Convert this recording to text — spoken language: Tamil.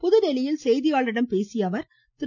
புதுதில்லியில் செய்தியாளர்களிடம் பேசிய அவர் திரு